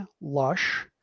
lush